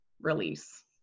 release